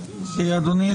אדוני,